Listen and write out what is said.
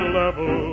level